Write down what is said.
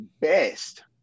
best